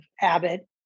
Abbott